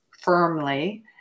firmly